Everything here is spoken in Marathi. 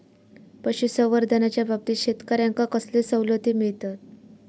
पशुसंवर्धनाच्याबाबतीत शेतकऱ्यांका कसले सवलती मिळतत?